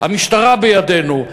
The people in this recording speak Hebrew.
המשטרה בידינו,